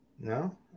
No